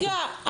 כן, רגע.